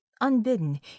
Unbidden